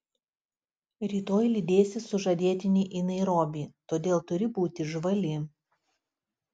rytoj lydėsi sužadėtinį į nairobį todėl turi būti žvali